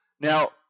Now